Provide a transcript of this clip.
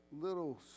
little